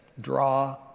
draw